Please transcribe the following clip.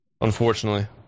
unfortunately